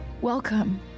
welcome